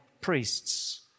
priests